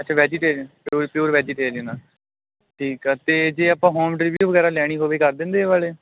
ਅੱਛਾ vegetarian pure pure vegetarian ਆ ਠੀਕ ਆ ਅਤੇ ਜੇ ਆਪਾਂ ਹੋਮ ਡਿਲੀਵਰੀ ਵਗੈਰਾ ਲੈਣੀ ਹੋਵੇ ਕਰ ਦਿੰਦੇ ਇਹ ਵਾਲੇ